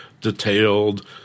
detailed